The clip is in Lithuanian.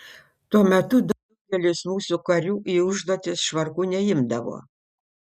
tuo metu daugelis mūsų karių į užduotis švarkų neimdavo